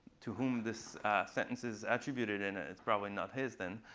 to whom this sentence is attributed, and it's probably not his then,